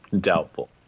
doubtful